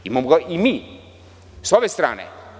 Imamo ga i mi, sa ove strane.